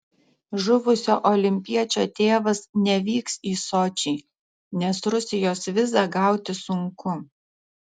žuvusio olimpiečio tėvas nevyks į sočį nes rusijos vizą gauti sunku